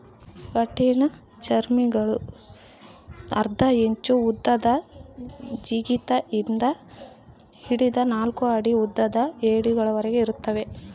ಕಠಿಣಚರ್ಮಿಗುಳು ಅರ್ಧ ಇಂಚು ಉದ್ದದ ಜಿಗಿತ ಇಂದ ಹಿಡಿದು ನಾಲ್ಕು ಅಡಿ ಉದ್ದದ ಏಡಿಗಳವರೆಗೆ ಇರುತ್ತವೆ